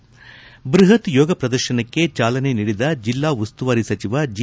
ಬ್ಬಹತ್ ಯೋಗ ಪ್ರದರ್ಶನಕ್ಕೆ ಚಾಲನೆ ನೀಡಿದ ಜಿಲ್ಲಾ ಉಸ್ತುವಾರಿ ಸಚಿವ ಜಿ